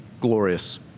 glorious